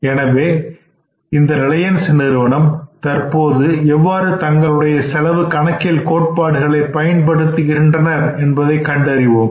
எனவே இந்த ரிலையன்ஸ் நிறுவனம் தற்போது எவ்வாறு தங்களுடைய செலவு கணக்கியல் கோட்பாடுகளை பயன்படுத்துகின்றனர் என்பதைக் கண்டறிவோம்